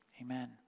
Amen